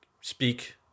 speak